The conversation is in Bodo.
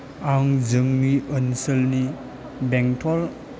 आं जोंनि ओनसोलनि बेंतल